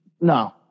No